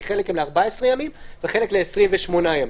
כי חלק ל-14 ימים וחלק ל-28 ימים.